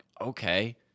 okay